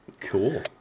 Cool